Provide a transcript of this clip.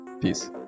peace